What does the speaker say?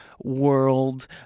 world